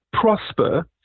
prosper